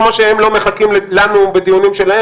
כמו שהם לא מחכים לנו בדיונים שלהם